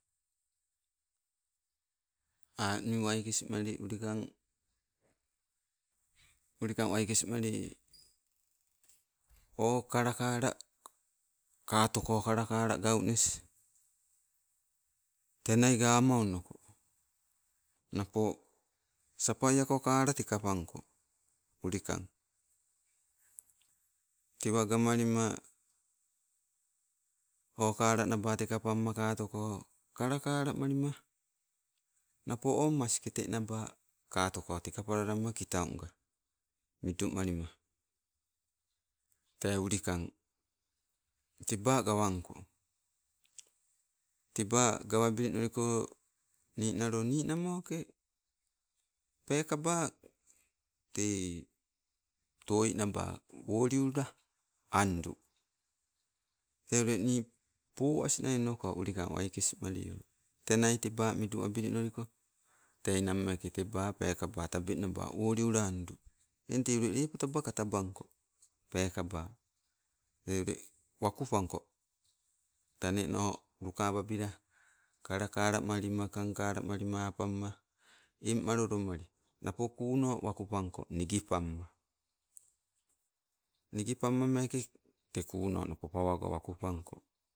ni wakesmali ulikang, ulikang wakesmali o kalakala katokoo kalakala gaunis, tenai gawama onoko. Napo sapiako kala teka ponk, ulikang. Tewa gamalims, o kalanaba teka pamma katoko, kalakala malima napo o maskeeteba katoko teka palalama kitau nga, midumalima. Tee ulikang, teba gawanko. teba gawa bilinoliko ninalo ninamoke, peekaba tei, toi naba woliula andu. Tee ule ni poas as nai tei ule waku pako, taneno uka babilaonoko, ulikang wakesmalio. Tenai teba midu abilinoliko tei nammeke teba pekaba tabengg naba woliula andu. Eng tei ule lep taba katabanko, pokaba. Tei ule waku panko, taneeno luka babila. Kalakala malima, kangkalamalima apamma eng malolo mali napo kunno waku panko nigipamma. Nigi pammameke te kunno napo, pawago weku pangko